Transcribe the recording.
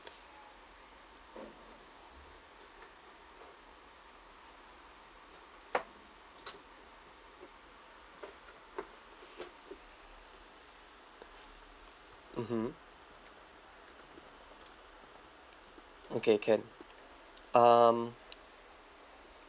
mmhmm okay can um